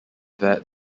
that